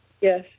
Yes